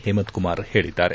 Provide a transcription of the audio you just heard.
ಹೇಮಂತ್ ಕುಮಾರ್ ಹೇಳಿದ್ದಾರೆ